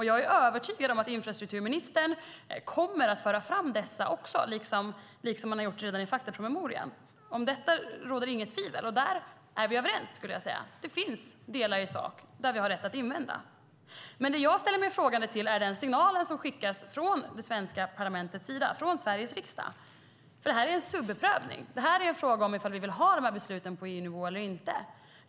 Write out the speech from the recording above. Jag är övertygad om att infrastrukturministern kommer att föra fram dessa invändningar, vilket redan har gjorts i faktapromemorian. Om detta råder det inga tvivel, och där är vi överens. Det finns delar i sak där vi har rätt att invända. Det som jag ställer mig frågande till är den signal som skickas från det svenska parlamentet, från Sveriges riksdag. Detta är en subsidiaritetsprövning. Det är en fråga som handlar om huruvida vi vill ha dessa beslut på EU-nivå eller inte.